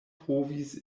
povis